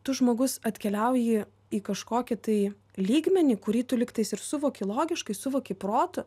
tu žmogus atkeliauji į kažkokį tai lygmenį kurį tu lygtais ir suvoki logiškai suvoki protu